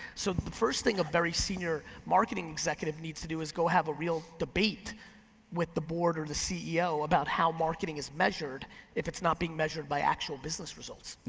so the first thing a very senior marketing executive needs to do is go have a real debate with the board or the ceo about how marketing is measured if it's not being measured by actual business results. you